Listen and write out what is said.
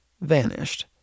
vanished